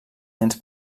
nens